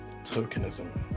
Tokenism